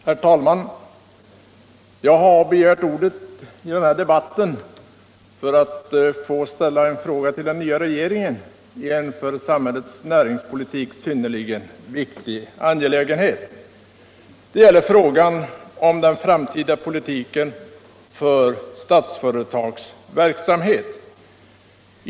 Herr talman! Jag har begärt ordet i den här debatten för att få ställa en fråga till den nya regeringen i en för samhätllets näringspolitik synnerligen viktig angelägenhet. Det gäller den framtida politiken för Statsföretags verksamhet.